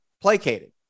placated